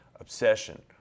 obsession